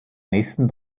nächsten